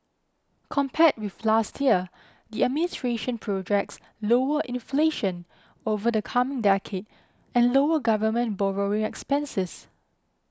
compared with last year the administration projects lower inflation over the coming decade and lower government borrowing expenses